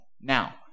Now